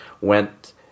went